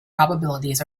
probabilities